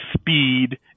speed